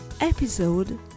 episode